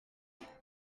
trip